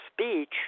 speech